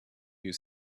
you